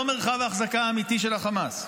הוא לא מרחב ההחזקה האמיתי של החמאס.